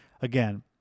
Again